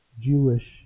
Jewish